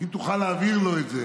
אם תוכל להעביר לו את זה.